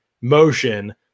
motion